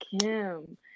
Kim